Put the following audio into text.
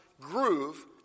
groove